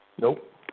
Nope